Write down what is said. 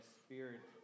spirit